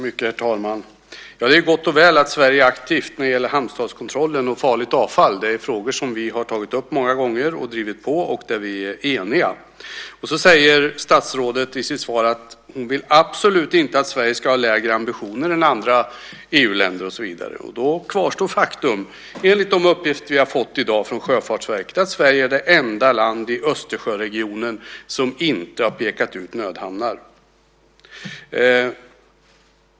Herr talman! Det är gott och väl att Sverige är aktivt när det gäller hamnstatskontrollen och farligt avfall. Det är frågor som vi har tagit upp och varit pådrivande i många gånger, och där vi är eniga. Statsrådet säger i sitt svar hon absolut inte vill att Sverige ska ha lägre ambitioner än andra EU-länder. Faktum kvarstår dock, enligt de uppgifter vi i dag har fått från Sjöfartsverket, att Sverige är det enda land i Östersjöregionen som inte har pekat ut nödhamnar.